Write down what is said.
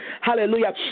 Hallelujah